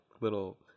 little